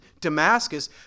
Damascus